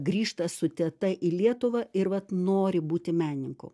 grįžta su teta į lietuvą ir vat nori būti menininku